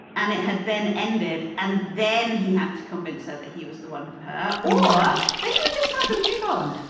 and it had then ended, and then he had to convince her that he was the one for her or, they just have to move on?